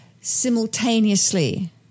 simultaneously